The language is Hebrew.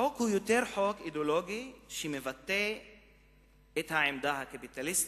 החוק הוא יותר חוק אידיאולוגי שמבטא את העמדה הקפיטליסטית,